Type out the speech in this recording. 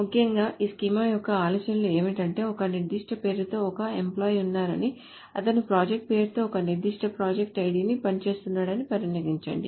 ముఖ్యంగా ఈ స్కీమా యొక్క ఆలోచన ఏమిటంటే ఒక నిర్దిష్ట పేరుతో ఒక ఎంప్లాయ్ ఉన్నారని అతను ప్రాజెక్ట్ పేరుతో ఒక నిర్దిష్ట ప్రాజెక్ట్ ఐడిలో పని చేస్తున్న్నాడని పరిగణించండి